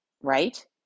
right